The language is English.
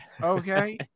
Okay